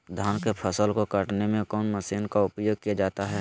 धान के फसल को कटने में कौन माशिन का उपयोग किया जाता है?